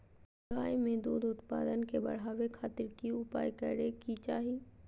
गाय में दूध उत्पादन के बढ़ावे खातिर की उपाय करें कि चाही?